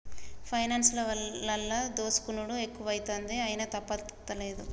పైనాన్సులల్ల దోసుకునుడు ఎక్కువైతంది, అయినా తప్పుతలేదు